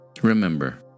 Remember